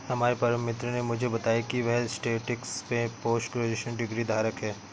हमारे परम मित्र ने मुझे बताया की वह स्टेटिस्टिक्स में पोस्ट ग्रेजुएशन डिग्री धारक है